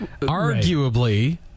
arguably